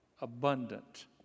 abundant